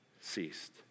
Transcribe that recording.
ceased